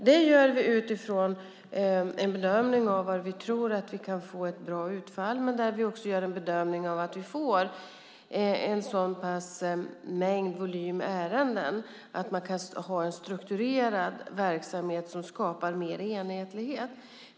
Det gör vi utifrån en bedömning av var vi tror att vi kan få ett bra utfall och en sådan mängd ärenden att man kan ha en strukturerad verksamhet som skapar mer enhetlighet.